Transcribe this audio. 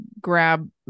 grab